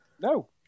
No